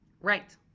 Right